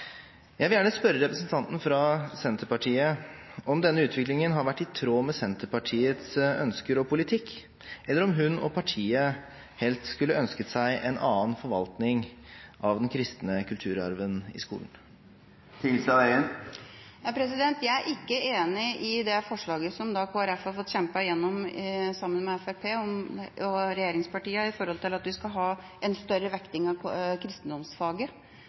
Jeg vil gjerne spørre representanten fra Senterpartiet om denne utviklingen har vært i tråd med Senterpartiets ønsker og politikk, eller om hun og partiet helst hadde ønsket seg en annen forvaltning av den kristne kulturarven i skolen. Jeg er ikke enig i det forslaget som Kristelig Folkeparti har fått kjempet igjennom sammen med regjeringspartiene, at vi skal ha en større vekting av kristendomsfaget.